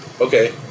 Okay